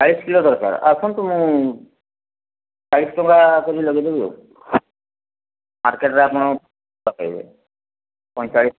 ଚାଳିଶ କିଲୋ ଦରକାର ଆସନ୍ତୁ ମୁଁ ଚାଳିଶ ଟଙ୍କା କେ ଜି ଲଗେଇଦେବି ଆଉ ମାର୍କେଟରେ ଆପଣ ପକେଇବେ ପଇଁଚାଳିଶ